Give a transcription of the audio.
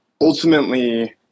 Ultimately